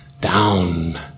down